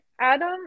Adam